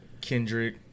Kendrick